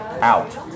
out